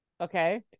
okay